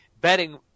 betting